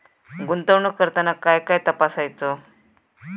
गुंतवणूक करताना काय काय तपासायच?